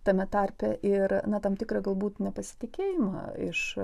tame tarpe ir na tam tikrą galbūt nepasitikėjimą iš